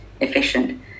efficient